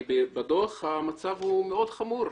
בדוח המצב הוא מאוד חמור.